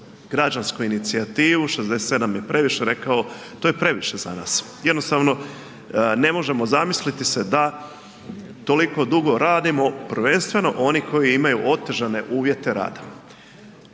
građansku inicijativu „67 je previše“ rekao to je previše za nas. Jednostavno ne možemo zamisliti se da toliko dugo radimo, prvenstveno oni koji imaju otežane uvjete rada.